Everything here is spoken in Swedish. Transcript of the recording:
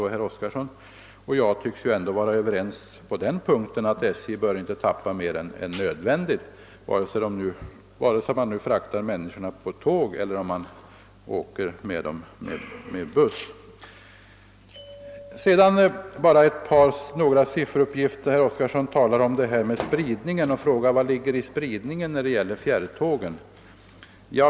Och herr Oskarson och jag tycks ju vara överens om att SJ inte bör tappa fler resande än nödvändigt vare sig de fraktas med tåg eller med buss. Till slut bara några siffror med anledning av att herr Oskarson frågade vad jag avsåg med mitt resonemang om spridningen av fjärrtågen.